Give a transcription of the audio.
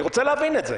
אני רוצה להבין את זה.